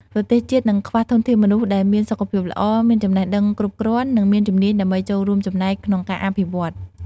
ប្រទេសជាតិនឹងខ្វះធនធានមនុស្សដែលមានសុខភាពល្អ មានចំណេះដឹងគ្រប់គ្រាន់ និងមានជំនាញដើម្បីចូលរួមចំណែកក្នុងការអភិវឌ្ឍ។